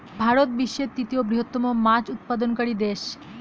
ভারত বিশ্বের তৃতীয় বৃহত্তম মাছ উৎপাদনকারী দেশ